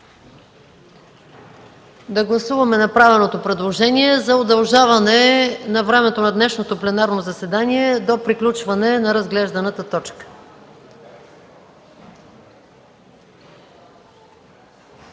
Да гласуваме направеното процедурно предложение за удължаване на времето на днешното пленарно заседание до приключване на разглежданата точка.